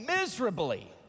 miserably